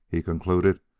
he concluded,